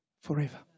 Forever